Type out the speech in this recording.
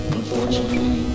unfortunately